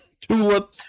Tulip